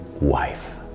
wife